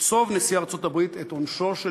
יקצוב נשיא ארצות-הברית את עונשו של